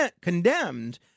condemned